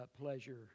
Pleasure